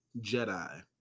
Jedi